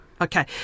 Okay